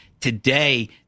Today